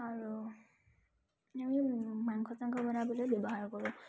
আৰু আমি মাংস চাংস বনাবলৈ ব্যৱহাৰ কৰোঁ